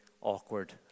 awkward